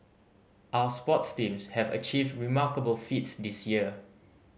our sports teams have achieved remarkable feats this year